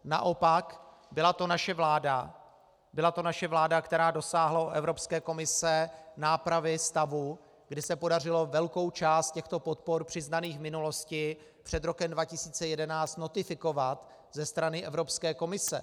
Naopak, byla to naše vláda, která dosáhla u Evropské komise nápravy stavu, kdy se podařilo velkou část těchto podpor přiznaných v minulosti, před rokem 2011, notifikovat ze strany Evropské komise.